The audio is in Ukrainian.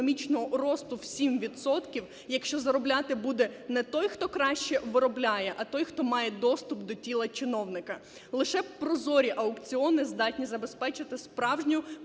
економічного росту в 7 відсотків, якщо заробляти буде не той, хто краще вробляє, а той, хто має доступ до тіла чиновника. Лише прозорі аукціони здатні забезпечити справжню